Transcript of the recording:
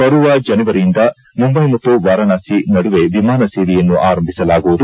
ಬರುವ ಜನವರಿಯಿಂದ ಮುಂಬೈ ಮತ್ತು ವಾರಾಣಸಿ ನಡುವೆ ವಿಮಾನ ಸೇವೆಯನ್ನು ಆರಂಭಿಸಲಾಗುವುದು